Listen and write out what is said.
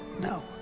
No